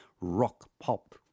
rock-pop